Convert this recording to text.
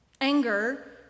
Anger